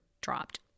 dropped